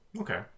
Okay